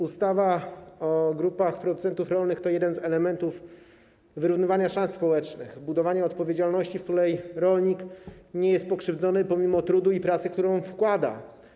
Ustawa o grupach producentów rolnych to jeden z elementów wyrównywania szans społecznych, budowania odpowiedzialności, w przypadku której rolnik nie jest pokrzywdzony pomimo trudu i pracy, którą w to wkłada.